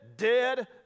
dead